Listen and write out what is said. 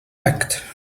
act